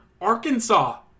Arkansas